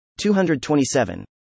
227